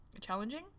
challenging